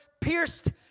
pierced